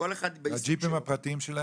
הג'יפים הפרטיים שלהם?